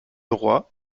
roi